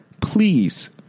Please